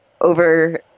over